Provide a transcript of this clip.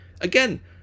Again